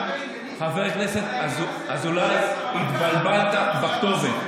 חבר הכנסת אזולאי, התבלבלת בכתובת.